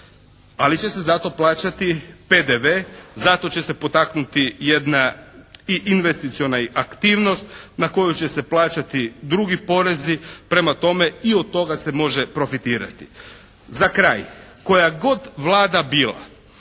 ali će se plaćati PDV, zato će se potaknuti jedna i investiciona aktivnost na koju će se plaćati drugi porezi, prema tome i od toga se može profitirati. Za kraj, koja god Vlada bila